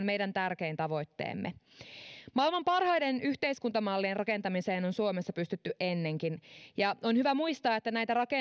meidän tärkein tavoitteemme maailman parhaiden yhteiskuntamallien rakentamiseen on suomessa pystytty ennenkin ja on hyvä muistaa että